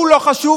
הוא לא חשוב?